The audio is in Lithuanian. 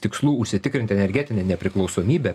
tikslų užsitikrint energetinę nepriklausomybę